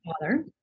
father